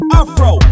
afro